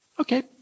Okay